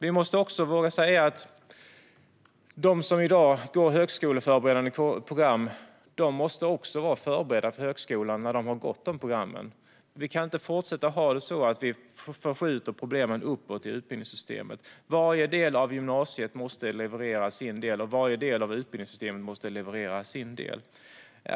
Vi måste våga säga att de som i dag går högskoleförberedande program också måste vara förberedda för högskolan när de har gått dessa program. Vi kan inte fortsätta att ha det så att vi skjuter problemen uppåt i utbildningssystemet. Varje del av gymnasiet måste leverera sin del. Varje del av utbildningssystemet måste leverera sin del.